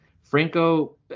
Franco